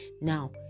now